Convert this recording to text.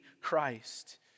Christ